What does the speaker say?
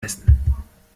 essen